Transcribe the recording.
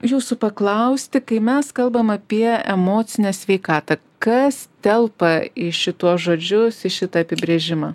jūsų paklausti kai mes kalbam apie emocinę sveikatą kas telpa į šituos žodžius į šitą apibrėžimą